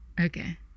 Okay